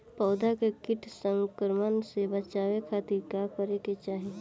पौधा के कीट संक्रमण से बचावे खातिर का करे के चाहीं?